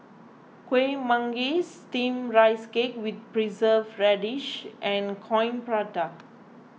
Kuih Manggis Steamed Rice Cake with Preserved Radish and Coin Prata